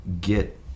get